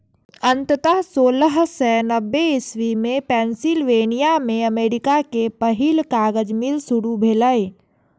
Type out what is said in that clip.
अंततः सोलह सय नब्बे इस्वी मे पेंसिलवेनिया मे अमेरिका के पहिल कागज मिल शुरू भेलै